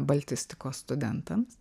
baltistikos studentams